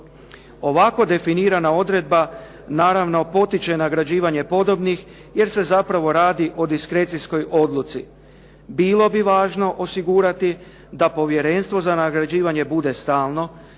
Ovako definirana odredba naravno potiče na nagrađivanje podobnih jer se zapravo radi o diskrecijskoj odluci. Bilo bi važno osigurati da povjerenstvo za nagrađivanje bude stalno,